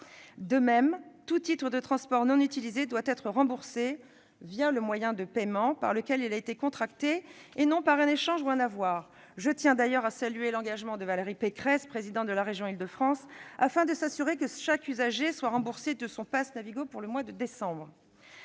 De même, tout titre de transport non utilisé doit être remboursé le moyen de paiement qui a été utilisé, et non par un échange ou un avoir. Je tiens d'ailleurs à saluer l'engagement de Valérie Pécresse, présidente de la région d'Île-de-France, afin de s'assurer que chaque usager est remboursé de son pass Navigo pour le mois de décembre.